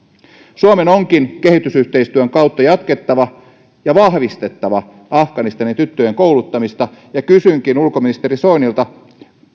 suomen onkin kehitysyhteistyön kautta jatkettava ja vahvistettava afganistanin tyttöjen kouluttamista kysynkin ulkoministeri soinilta